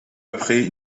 après